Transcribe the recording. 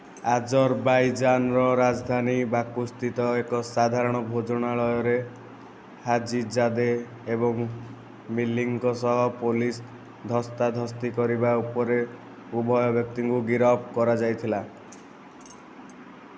ଆଜରବାଇଜାନର ରାଜଧାନୀ ବାକୁସ୍ଥିତ ଏକ ସାଧାରଣ ଭୋଜନାଳୟରେ ହାଜିଜାଦେ ଏବଂ ମିଲିଙ୍କ ସହ ପୋଲିସ ଧସ୍ତାଧସ୍ତି କରିବା ଉପରେ ଉଭୟ ବ୍ୟକ୍ତିଙ୍କୁ ଗିରଫ କରାଯାଇଥିଲା